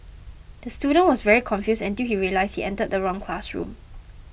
the student was very confused until he realised he entered the wrong classroom